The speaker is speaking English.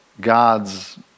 God's